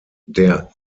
der